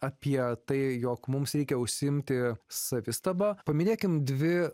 apie tai jog mums reikia užsiimti savistaba paminėkim dvi